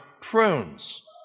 prunes